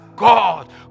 God